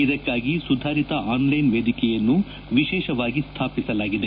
ಇದಕ್ಕಾಗಿ ಸುಧಾರಿತ ಆನ್ಲೈನ್ ವೇದಿಕೆಯನ್ನು ವಿಶೇಷವಾಗಿ ಸ್ಥಾಪಿಸಲಾಗಿದೆ